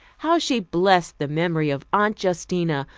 how she blessed the memory of aunt justina,